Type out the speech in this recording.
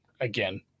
again